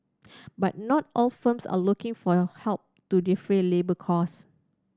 but not all firms are looking for your help to defray labour cost